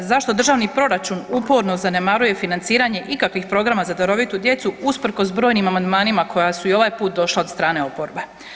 Zašto državni proračun uporno zanemaruje financiranje ikakvih programa za darovitu djecu usprkos brojnim amandmanima koja su i ovaj put došla od strane oporbe?